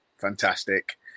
fantastic